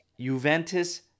Juventus